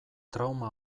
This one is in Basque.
trauma